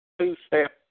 two-step